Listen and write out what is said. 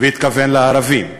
והתכוון לערבים.